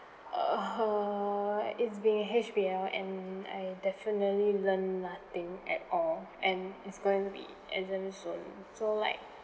uh it's being H_B_L and I definitely learned nothing at all and it's going to be exam soon so like